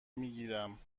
میگیرم